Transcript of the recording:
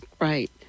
right